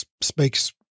speaks